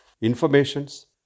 informations